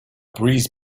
breeze